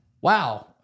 wow